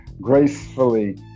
gracefully